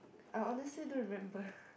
I honestly don't remember